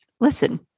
listen